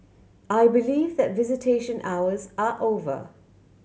I believe that visitation hours are over